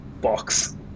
box